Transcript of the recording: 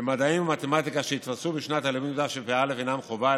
במדעים ובמתמטיקה שהתפרסמו בשנת הלמידה תשפ"א אינם חובה,